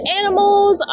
animals